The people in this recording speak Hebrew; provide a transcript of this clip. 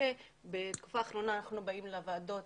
פעולה הלוואי